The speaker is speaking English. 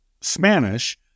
Spanish